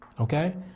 okay